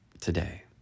today